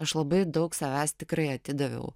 aš labai daug savęs tikrai atidaviau